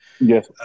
yes